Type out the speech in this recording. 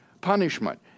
punishment